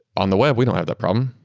on the web, we don't have that problem.